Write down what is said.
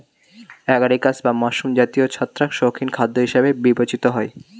agaricus বা mushroom জাতীয় ছত্রাক শৌখিন খাদ্য বলে বিবেচিত হয়